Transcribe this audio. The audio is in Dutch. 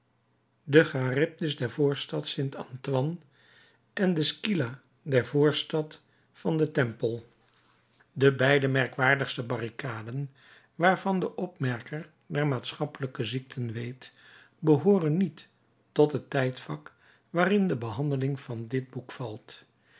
de charybdis der voorstad st antoine en de scylla der voorstad van den tempel de beide merkwaardigste barricaden waarvan de opmerker der maatschappelijke ziekten weet behooren niet tot het tijdvak waarin de behandeling van dit boek valt